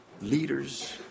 leaders